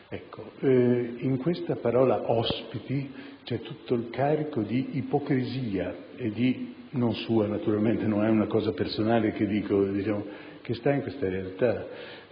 Ecco, nella parola "ospiti" c'è tutto il carico di ipocrisia - non sua naturalmente, non è un fatto personale - che sta in queste realtà: